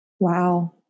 Wow